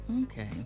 Okay